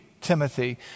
Timothy